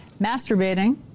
masturbating